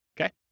Okay